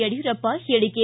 ಯಡಿಯೂರಪ್ಪ ಹೇಳಿಕೆ